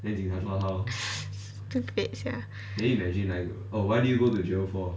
stupid sia